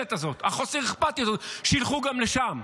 המרושלת הזאת, חסרת האכפתיות הזאת, שילכו גם לשם.